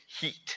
heat